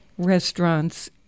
restaurants